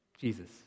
Jesus